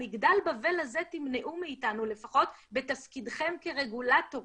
מגדל הבבל הזה תמנעו מאיתנו לפחות בתפקידכם כרגולטורים,